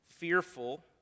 Fearful